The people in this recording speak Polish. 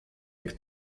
jak